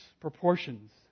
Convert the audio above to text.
proportions